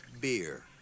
Beer